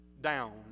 down